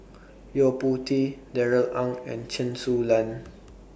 Yo Po Tee Darrell Ang and Chen Su Lan